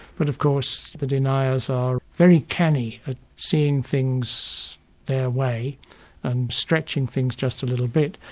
but of course the deniers are very canny at seeing things their way and stretching things just a little bit.